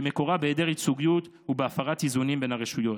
שמקורה בהיעדר ייצוגיות ובהפרת איזונים בין הרשויות.